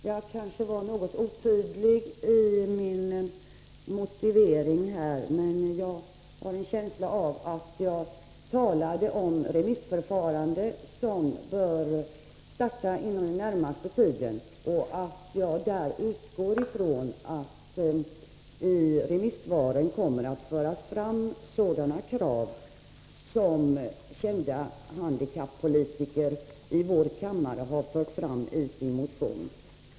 Jag kanske var något otydlig i min motivering, men jag har en känsla av att jag talade om ett remissförfarande som bör starta inom den närmaste tiden och att jag utgår från att det i remissvaren kommer att föras fram sådana krav som kända handikappolitiker i vår kammare har fört fram i sin motion.